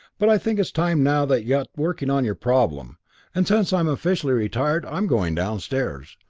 but i think it's time now that you got working on your problem and since i'm officially retired, i'm going downstairs.